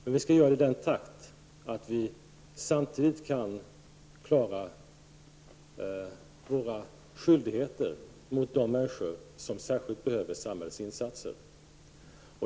Men vi skall göra det i den takten att vi samtidigt kan klara våra skyldigheter mot de människor som särskilt behöver samhällets insatser.